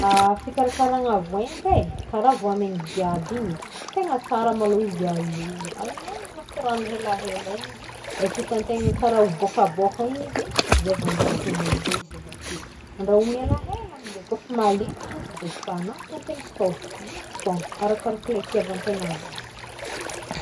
Fikarakaragna voaimba e karaha voamaina jiaby igny tegna tsara malôha izy alogno alogno agnaty rano elahela igny izy efa itantegna karaha ho bôkabôka igny izy zay vao andrahoigna aminjay izy avake, andrahoigna elahela aminjay kôfa malemy igny izy de efa na ataontegna sauce mety foagna arakaraka lay itiavan'tegna agnanjy.